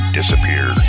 disappear